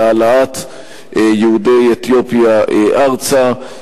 להעלאת יהודי אתיופיה ארצה.